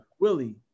Willie